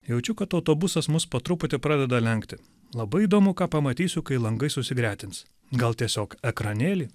jaučiu kad autobusas mus po truputį pradeda lenkti labai įdomu ką pamatysiu kai langai susigretins gal tiesiog ekranėlį